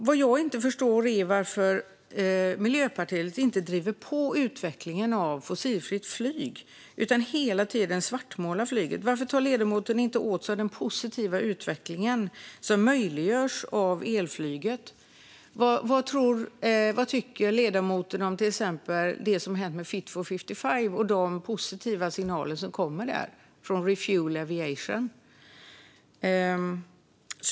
Vad jag inte förstår är varför Miljöpartiet inte driver på utvecklingen av fossilfritt flyg utan hela tiden svartmålar flyget. Varför tar ledamoten inte till sig den positiva utveckling som möjliggörs av elflyget? Vad tycker ledamoten till exempel om det som hänt med Fit for 55 och de positiva signaler som kommer där från Refuel EU Aviation?